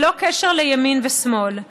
ללא קשר לימין ושמאל,